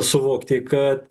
suvokti kad